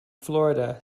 florida